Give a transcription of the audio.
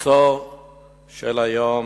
הצרות של חצור